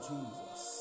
Jesus